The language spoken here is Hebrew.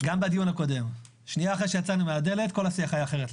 בדיון הקודם שנייה אחרי שיצאנו מהדלת כל השיח היה אחר.